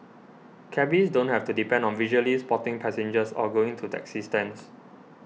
cabbies don't have to depend on visually spotting passengers or going to taxi stands